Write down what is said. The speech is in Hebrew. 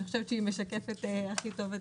אני חושבת שהיא משקפת אותו הכי טוב.